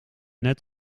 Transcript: net